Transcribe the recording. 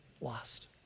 lost